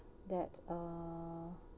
that uh